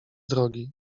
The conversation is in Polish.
drogi